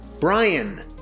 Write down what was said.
Brian